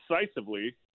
decisively